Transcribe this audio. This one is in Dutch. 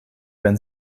ben